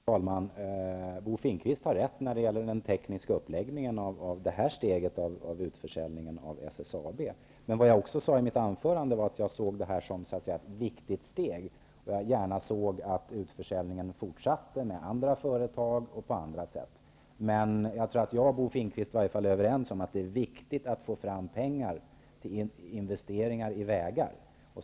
Herr talman! Bo Finnkvist har rätt när det gäller den tekniska uppläggningen av det här steget av utförsäljningen av SSAB. Men jag sade också i mitt anförande att jag såg detta som ett viktigt steg, och att jag gärna såg att utförsäljningen fortsatte med andra företag och på andra sätt. Jag tror att Bo Finnkvist och jag i varje fall är överens om att det är viktigt att få fram pengar till investeringar i vägar.